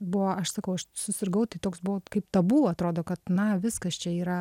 buvo aš sakau aš susirgau tai toks buvo kaip tabu atrodo kad na viskas čia yra